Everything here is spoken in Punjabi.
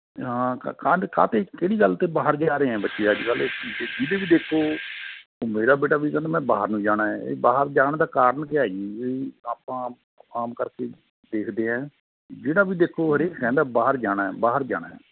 ਹਾਂ ਕਾਤੇ ਕਿਹੜੀ ਗੱਲ 'ਤੇ ਬਾਹਰ ਜਾ ਰਹੇ ਬੱਚੇ ਅੱਜ ਕੱਲ੍ਹ ਦੇ ਜਿਹਦੇ ਵੀ ਦੇਖੋ ਮੇਰਾ ਬੇਟਾ ਵੀ ਕਹਿੰਦਾ ਮੈਂ ਬਾਹਰ ਨੂੰ ਜਾਣਾ ਹੈ ਇਹ ਬਾਹਰ ਜਾਣ ਦਾ ਕਾਰਨ ਕਿਆ ਹੈ ਜੀ ਆਪਾਂ ਆਮ ਕਰਕੇ ਦੇਖਦੇ ਹੈ ਜਿਹੜਾ ਵੀ ਦੇਖੋ ਹਰੇਕ ਕਹਿੰਦਾ ਬਾਹਰ ਜਾਣਾ ਬਾਹਰ ਜਾਣਾ